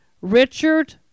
Richard